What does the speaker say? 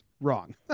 wrong